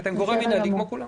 אתם גורם מינהלי כמו כולם.